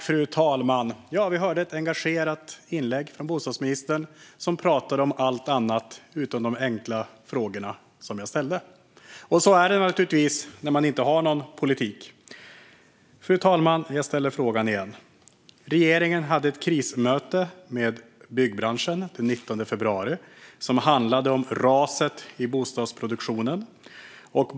Fru talman! Vi hörde ett engagerat inlägg från bostadsministern, som talade om allt annat än de enkla frågor jag ställde. Så blir det när man inte har någon politik. Jag ställer frågorna igen. Regeringen hade den 19 februari ett krismöte med byggbranschen om raset i bostadsproduktionen.